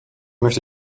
möchte